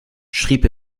schrieb